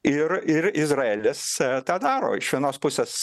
ir ir izraelis tą daro iš vienos pusės